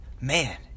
man